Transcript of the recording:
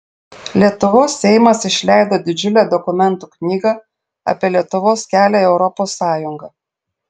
lietuvos seimas išleido didžiulę dokumentų knygą apie lietuvos kelią į europos sąjungą